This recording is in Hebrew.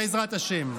בעזרת השם.